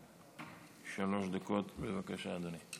שלוש דקות, בבקשה, אדוני.